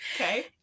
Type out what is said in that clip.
Okay